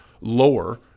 lower